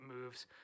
moves